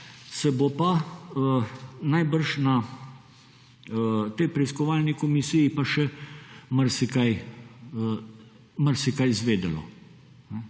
se bo pa najbrž na tej preiskovalni komisiji pa še marsikaj, marsikaj izvedelo.